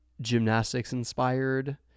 gymnastics-inspired